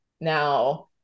now